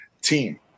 team